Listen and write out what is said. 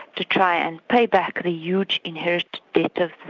to try and pay back the huge inherited debt of the